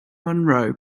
monroe